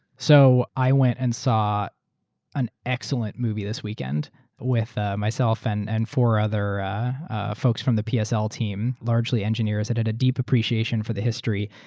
so i went and saw an excellent movie this weekend with ah myself and and four other folks from the psl team, largely engineers that had a deep appreciation for the history.